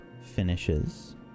finishes